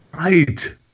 Right